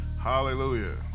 Hallelujah